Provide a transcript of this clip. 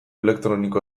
elektroniko